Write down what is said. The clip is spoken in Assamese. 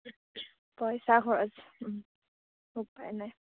হয় পইচা খৰচ উপায় নাই